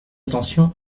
attention